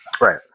Right